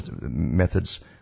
methods